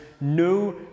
no